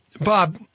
Bob